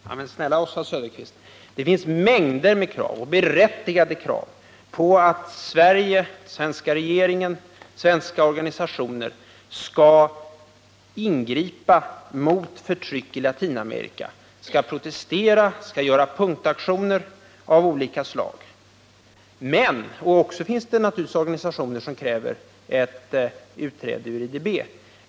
Herr talman! Ja, men snälla Oswald Söderqvist, det finns mängder med krav — och berättigade krav — på att Sverige, svenska regeringen, svenska organisationer skall ingripa mot förtryck i Latinamerika, skall protestera, skall göra punktaktioner av olika slag. Naturligtvis finns det också organisationer som kräver ett utträde ur IDB.